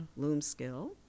Loomskill